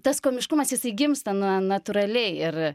tas komiškumas jisai gimsta na natūraliai ir